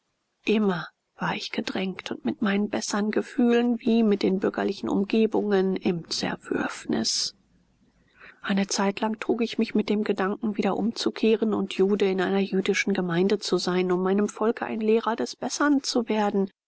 immer war ich gedrängt und mit meinen bessern gefühlen wie mit den bürgerlichen umgebungen im zerwürfnis eine zeit lang trug ich mich mit dem gedanken wieder umzukehren und jude in einer jüdischen gemeinde zu sein um meinem volke ein lehrer des bessern zu werden